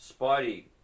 Spidey